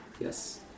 Yes